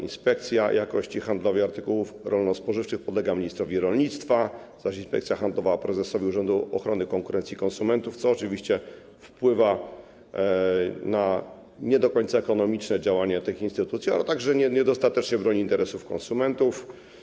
Inspekcja Jakości Handlowej Artykułów Rolno-Spożywczych podlega ministrowi rolnictwa, zaś Inspekcja Handlowa prezesowi Urzędu Ochrony Konkurencji i Konsumentów, co oczywiście wpływa na nie do końca ekonomiczne działania tych instytucji, ale także powoduje, że niedostatecznie bronią one interesów konsumentów.